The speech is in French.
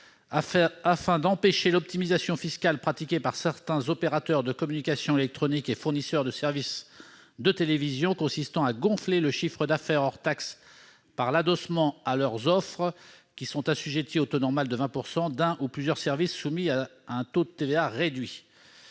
afin d'empêcher l'optimisation fiscale pratiquée par certains opérateurs de communications électroniques et fournisseurs de services de télévision. Cette pratique consiste à gonfler le chiffre d'affaires hors taxes par l'adossement aux offres assujetties au taux normal de TVA de 20 % d'un ou plusieurs services soumis à un taux réduit.